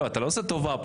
אתה לא עושה טובה פה.